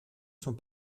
sont